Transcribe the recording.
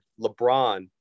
LeBron